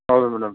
అవును మేడం